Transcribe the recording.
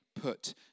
put